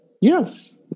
Yes